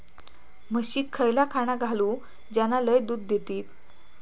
म्हशीक खयला खाणा घालू ज्याना लय दूध देतीत?